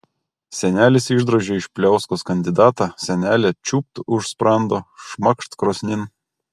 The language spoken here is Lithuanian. senelis išdrožė iš pliauskos kandidatą senelė čiūpt už sprando šmakšt krosnin